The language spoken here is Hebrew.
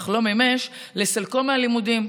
אך לא מימש, לסלקו מהלימודים.